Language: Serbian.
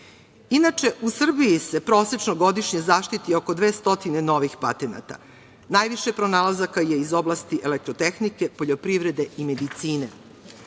jedan. Inače, u Srbiji se prosečno godišnje zaštiti oko 200 novih patenata. Najviše pronalazaka je iz oblasti elektrotehnike, poljoprivrede i medicine.